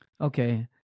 Okay